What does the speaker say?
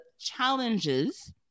challenges